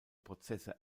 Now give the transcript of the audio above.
prozesse